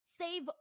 Save